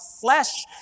flesh